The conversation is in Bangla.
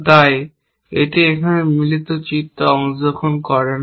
তাই এটি এখানে মিলিত চিত্রে অংশগ্রহণ করে না